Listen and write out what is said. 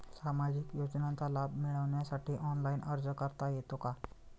सामाजिक योजनांचा लाभ मिळवण्यासाठी ऑनलाइन अर्ज करता येतो का?